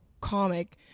comic